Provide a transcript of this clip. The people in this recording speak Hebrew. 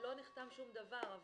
ולא נחתם שום דבר.